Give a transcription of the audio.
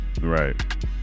Right